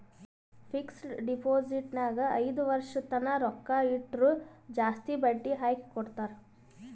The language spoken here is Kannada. ಫಿಕ್ಸಡ್ ಡೆಪೋಸಿಟ್ ನಾಗ್ ಐಯ್ದ ವರ್ಷ ತನ್ನ ರೊಕ್ಕಾ ಇಟ್ಟುರ್ ಜಾಸ್ತಿ ಬಡ್ಡಿ ಹಾಕಿ ಕೊಡ್ತಾರ್